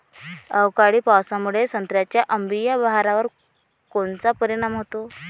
अवकाळी पावसामुळे संत्र्याच्या अंबीया बहारावर कोनचा परिणाम होतो?